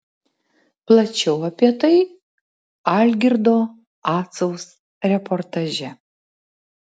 plačiau apie tai algirdo acaus reportaže